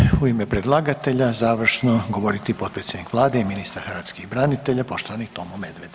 I sada će u ime predlagatelja završno govoriti potpredsjednik Vlade i ministar hrvatskih branitelja, poštovani Tomo Medved.